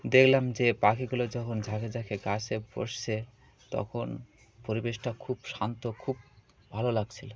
দেখলাম যে পাখিগুলো যখন ঝাকে ঝাকে গাছে পড়ছে তখন পরিবেশটা খুব শান্ত খুব ভালো লাগছিল